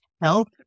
help